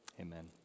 amen